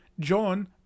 John